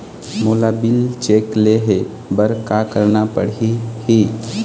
मोला bill check ले हे बर का करना पड़ही ही?